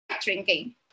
drinking